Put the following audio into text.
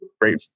great